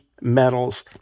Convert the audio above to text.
metals